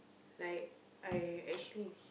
like I actually g~